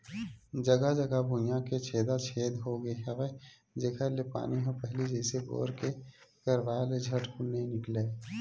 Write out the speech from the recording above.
जघा जघा भुइयां के छेदा छेद होगे हवय जेखर ले पानी ह पहिली जइसे बोर के करवाय ले झटकुन नइ निकलय